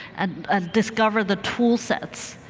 and ah discovery the tool sets.